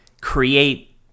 create